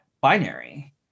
binary